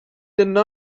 deny